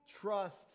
Trust